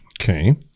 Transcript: okay